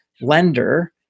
lender